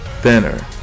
Thinner